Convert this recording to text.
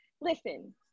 Listen